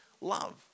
love